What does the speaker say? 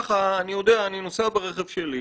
הם יודעים שהם נוסעים ברכב שלהם,